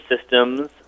systems